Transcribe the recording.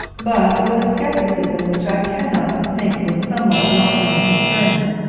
but, with a scepticism which i cannot but think was somewhat wanting in discernment,